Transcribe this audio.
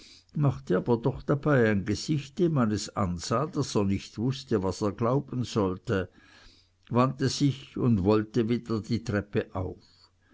machte aber dabei doch ein gesicht dem man es ansah daß er nicht wußte was er glauben sollte wandte sich und wollte wieder die treppe auf